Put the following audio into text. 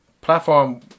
platform